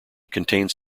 contains